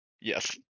Yes